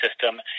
system